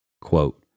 Quote